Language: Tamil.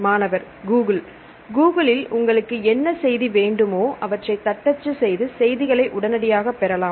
மாணவர்கூகுள் கூகுளில் உங்களுக்கு என்ன செய்தி வேண்டுமோ அவற்றை தட்டச்சு செய்து செய்திகளை உடனடியாக பெறலாம்